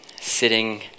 sitting